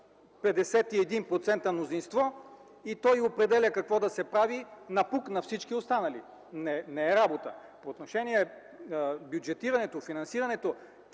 51% мнозинство и то определя какво да се прави напук на всички останали. Това не е работа! По отношение бюджетирането, финансирането,